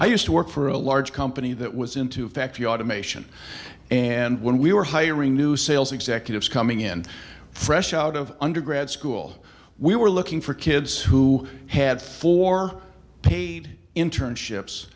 i used to work for a large company that was into effect the automation and when we were hiring new sales executives coming in fresh out of undergrad school we were looking for kids who had four paid internships